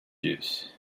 juice